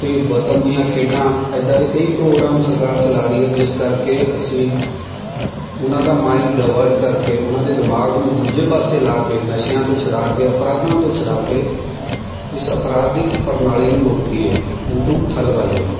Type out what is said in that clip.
ਅਤੇ ਵਤਨ ਦੀਆਂ ਖੇਡਾਂ ਇੱਦਾਂ ਦੇ ਕਈ ਪ੍ਰੋਗਰਾਮ ਸਰਕਾਰ ਚਲਾ ਰਹੀ ਹੈ ਜਿਸ ਕਰਕੇ ਅਸੀਂ ਉਹਨਾਂ ਦਾ ਮਾਈਂਡ ਡਾਵਰਟ ਕਰਕੇ ਉਹਨਾਂ ਦੇ ਦਿਮਾਗ ਨੂੰ ਦੂਜੇ ਪਾਸੇ ਲਾ ਕੇ ਨਸ਼ਿਆਂ ਤੋਂ ਛੁਡਾ ਕੇ ਅਪਰਾਧਾਂ ਤੋਂ ਛੁਡਾ ਕੇ ਇਸ ਅਪਰਾਧਿਕ ਪ੍ਰਣਾਲੀ ਨੂੰ ਰੋਕੀਏ ਉਹ ਤੋਂ ਠੱਲ੍ਹ ਪਾਈਏ